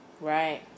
Right